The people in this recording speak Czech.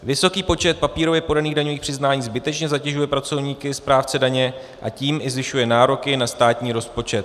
Vysoký počet papírově podaných daňových přiznání zbytečně zatěžuje pracovníky správce daně, a tím i zvyšuje nároky na státní rozpočet.